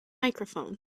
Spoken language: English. microphone